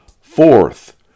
Fourth